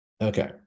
Okay